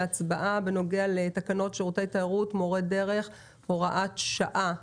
בנוגע לתקנות שירותי תיירות (מורי דרך) (הוראת שעה),